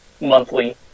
monthly